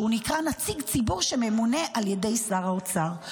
שהוא נקרא נציג ציבור שממונה על ידי שר האוצר.